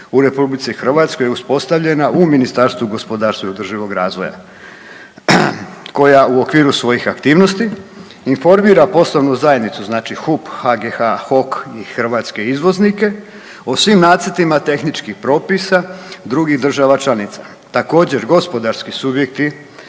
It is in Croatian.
u RH je uspostavljena u Ministarstvu gospodarstva i održivog razvoja koja u okviru svojih aktivnosti informira poslovnu zajednicu znači HUP, HGH, HOK i hrvatske izvoznike o svim nacrtima tehničkih propisa drugih država članica. Također gospodarski subjekti